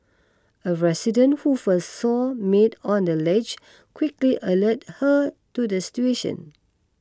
a resident who first saw maid on the ledge quickly alerted her to the situation